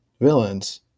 villains